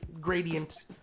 gradient